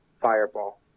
Fireball